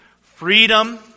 freedom